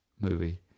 movie